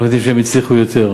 אנחנו יודעים שהם הצליחו יותר,